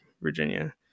virginia